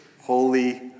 holy